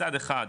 מצד אחד,